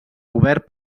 obert